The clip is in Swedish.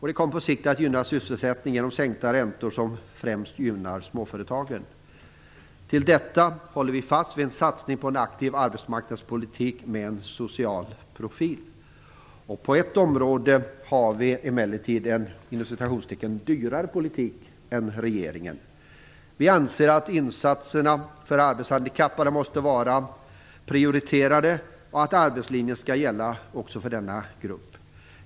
Det kommer på sikt att gynna sysselsättningen genom sänkta räntor, som främst gynnar småföretagen. Till detta kommer att vi håller fast vid en satsning på en aktiv arbetsmarknadspolitik med en social profil. På ett område har vi emellertid en "dyrare" politik än regeringen. Vi anser att insatserna för arbetshandikappade måste vara prioriterade och att arbetslinjen skall gälla också för denna grupp.